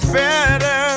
better